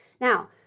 Now